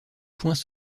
points